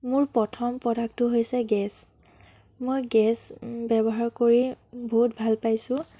মোৰ প্ৰথম প্ৰডাক্টটো হৈছে গেছ মই গেছ ব্যৱহাৰ কৰি বহুত ভাল পাইছোঁ